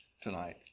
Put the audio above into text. tonight